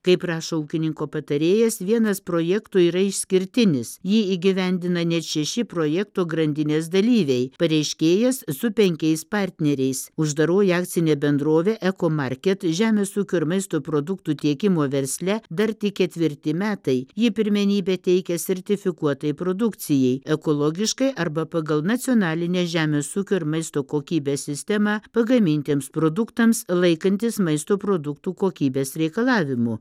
kaip rašo ūkininko patarėjas vienas projektų yra išskirtinis jį įgyvendina net šeši projekto grandinės dalyviai pareiškėjas su penkiais partneriais uždaroji akcinė bendrovė ekomarket žemės ūkio ir maisto produktų tiekimo versle dar tik ketvirti metai ji pirmenybę teikia sertifikuotai produkcijai ekologiškai arba pagal nacionalinę žemės ūkio ir maisto kokybės sistemą pagamintiems produktams laikantis maisto produktų kokybės reikalavimų